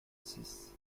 six